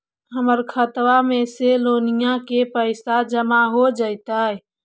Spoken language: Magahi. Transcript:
हमर खातबा में से लोनिया के पैसा जामा हो जैतय?